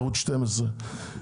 ערוץ 12,